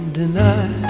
deny